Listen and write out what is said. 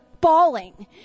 bawling